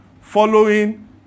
Following